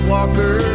Walker